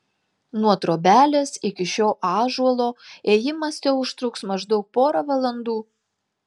nuo trobelės iki šio ąžuolo ėjimas teužtruks maždaug porą valandų